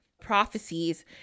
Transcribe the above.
prophecies